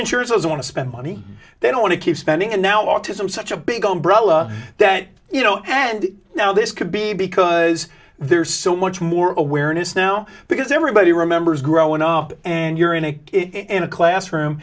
insurance is want to spend money they don't want to keep spending and now autism such a big umbrella that you know and now this could be because there's so much more awareness now because everybody remembers growing up and you're in a in a classroom